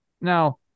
Now